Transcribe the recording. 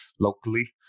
locally